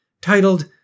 titled